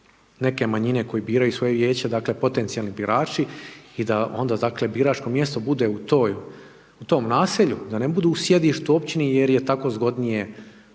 neke manjine koje biraju svoje vijeće, dakle, potencijalni birači i da onda, dakle, biračko mjesto bude u tom naselju, da ne budu u sjedištu, općini jer je tako zgodnije